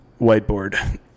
whiteboard